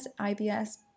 IBS